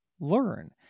learn